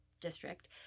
district